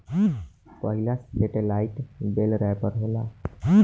पहिला satellite bale wrapper होला